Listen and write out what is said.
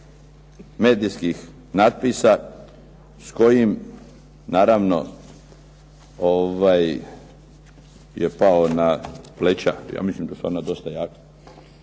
medijskih napisa s kojim naravno je pao na pleća, ja mislim da su ona dosta jaka,